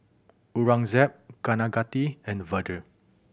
Aurangzeb Kaneganti and Vedre